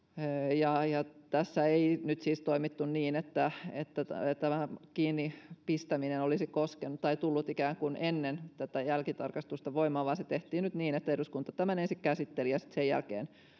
tässä ei nyt siis toimittu niin että että tämä kiinni pistäminen olisi tullut ennen jälkitarkastusta voimaan vaan se tehtiin nyt niin että eduskunta tämän ensin käsitteli ja sitten